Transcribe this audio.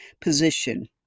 position